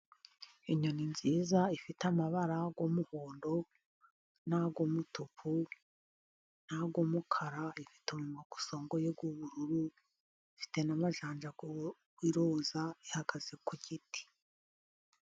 Inyoni nziza ifite amabara y'umuhondo n'ay' umutuku n'ay'umukara, ifite umunwa usongoye w'ubururu, ifite n'amajanja y'iroza, ihagaze ku giti.